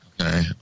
Okay